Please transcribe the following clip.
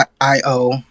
io